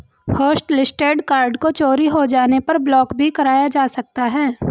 hotlisted card को चोरी हो जाने पर ब्लॉक भी कराया जा सकता है